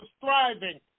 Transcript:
thriving